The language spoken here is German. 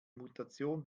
mutation